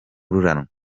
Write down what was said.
yirukanwa